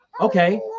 okay